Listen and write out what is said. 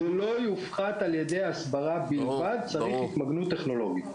זה לא יופחת על ידי הסברה בלבד וצריך לנקוט באמצעים טכנולוגיים.